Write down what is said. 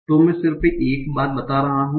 तो मैं सिर्फ एक बात बता रहा हूं